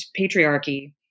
patriarchy